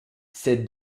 cette